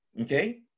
Okay